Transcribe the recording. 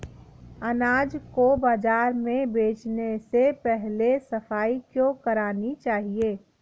अनाज को बाजार में बेचने से पहले सफाई क्यो करानी चाहिए?